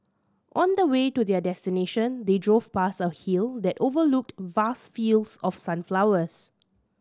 on the way to their destination they drove past a hill that overlooked vast fields of sunflowers